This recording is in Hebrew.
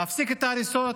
להפסיק את ההריסות